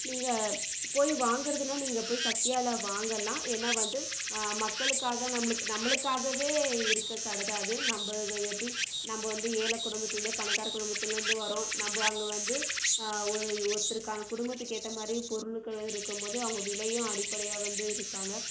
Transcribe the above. நீங்கள் போய் வாங்கறதுனால் நீங்கள் போய் சத்யாவில் வாங்கலாம் ஏன்னால் வந்து மக்களுக்காக நம்மளுக் நம்மளுக்காகவே இருக்க கடை தான் அது நம்மளுது எப்டி நம்ம வந்து ஏழை குடும்பத்துலேருந்து பணக்காரக் குடும்பத்துலேருந்து வர்றோம் நம்ம அங்கே வந்து ஒரு ஒருத்தருக்கான குடும்பத்துக்கு ஏற்ற மாதிரி பொருள்களும் இருக்கும்போது அவங்க விலையும் அடிப்படையாக வந்து இருக்காங்க